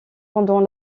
pendant